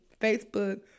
Facebook